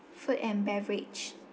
food and beverage